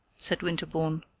said winterbourne.